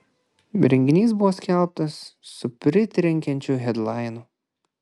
renginys buvo skelbtas su pritrenkiančiu hedlainu